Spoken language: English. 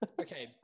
Okay